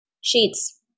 Sheets